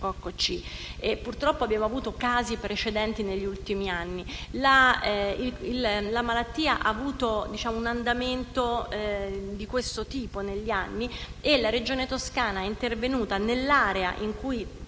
purtroppo, abbiamo avuto casi precedenti negli ultimi anni. La malattia ha avuto un andamento di questo tipo negli anni e la Regione Toscana è intervenuta nell'area in cui